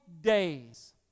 days